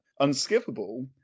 unskippable